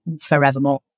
forevermore